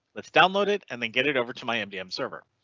let's download it and then get it over to my mdm server.